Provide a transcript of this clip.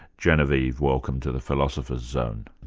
genevieve, welcome to the philosopher's zone.